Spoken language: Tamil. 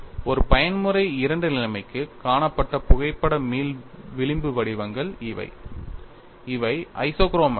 ஒரு பயன்முறை II நிலைமைக்கு காணப்பட்ட புகைப்பட மீள் விளிம்பு வடிவங்கள் இவை இவை ஐசோக்ரோமாடிக்ஸ்